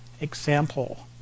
example